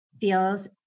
Feels